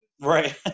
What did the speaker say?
right